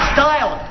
Style